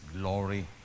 glory